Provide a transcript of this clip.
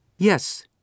Yes